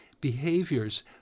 behaviors